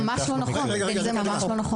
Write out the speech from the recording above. כרגע הוועדה הלכה על הכיוון